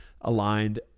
aligned